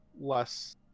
less